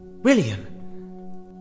William